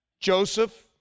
Joseph